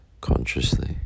consciously